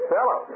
Hello